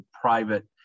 private